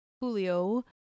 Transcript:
julio